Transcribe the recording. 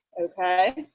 ok.